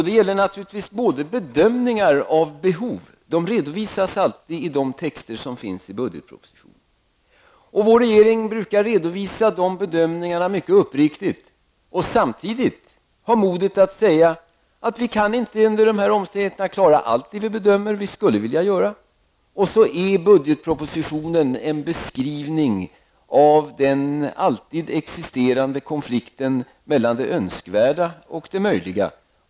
Det gäller naturligtvis bedömningar av behov. De redovisas alltid i de texter som finns i budgetpropositionen. Vår regering brukar redovisa de bedömningarna mycket uppriktigt och samtidigt ha modet att säga att vi inte under dessa omständigheter kan klara allt det vi bedömer att vi skulle vilja göra. Budgetpropositionen är en beskrivning av den alltid existerande konflikten mellan det önskvärda och det möjliga.